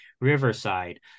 Riverside